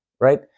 right